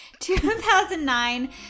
2009